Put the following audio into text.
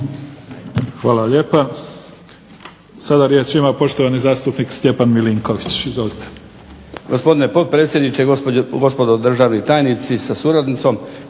Hvala lijepa. Sada riječ ima poštovani zastupnik Stjepan Milinković.